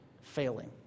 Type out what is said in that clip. failing